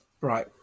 right